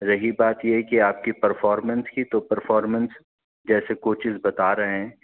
رہی بات یہ ہے کہ آپ کی پرفارمنس کی تو پرفارمنس جیسے کوچیز بتا رہے ہیں